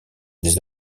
des